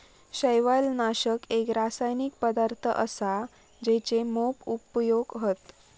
शैवालनाशक एक रासायनिक पदार्थ असा जेचे मोप उपयोग हत